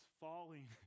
falling